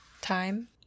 time